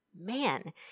man